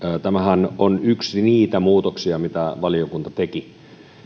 tämähän on yksi niitä muutoksia mitä valiokunta teki